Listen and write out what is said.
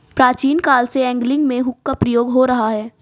प्राचीन काल से एंगलिंग में हुक का प्रयोग हो रहा है